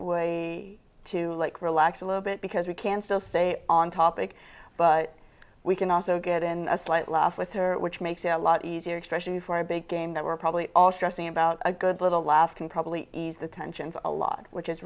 way to like relax a little bit because we can still stay on topic but we can also get in a slight laugh with her which makes it a lot easier especially for a big game that we're probably all stressing about a good little laugh can probably ease the tensions a lot which is